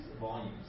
volumes